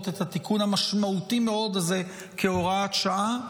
את התיקון המשמעותי מאוד הזה כהוראת שעה,